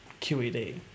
QED